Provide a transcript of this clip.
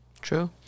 True